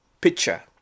picture